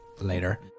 later